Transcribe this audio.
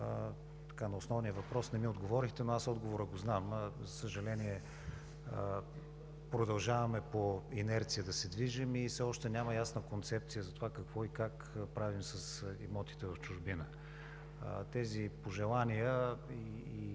на основния въпрос, но аз отговора го знам. За съжаление, продължаваме да се движим по инерция и все още няма ясна концепция за това какво и как правим с имотите в чужбина. Тези пожелания и